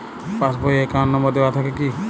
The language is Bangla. পাস বই এ অ্যাকাউন্ট নম্বর দেওয়া থাকে কি?